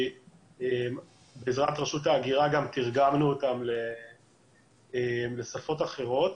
כי בעזרת רשות ההגירה גם תרגמנו אותם לשפות אחרות.